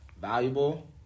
valuable